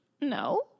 No